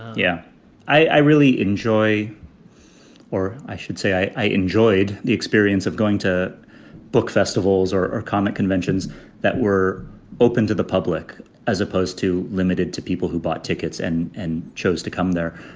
yeah i really enjoy or i should say i enjoyed the experience of going to book festivals or or comic conventions that were open to the public as opposed to limited to people who bought tickets and and chose to come there.